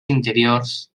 interiors